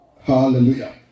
Hallelujah